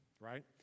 right